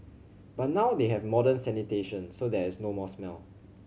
but now they have modern sanitation so there is no more smell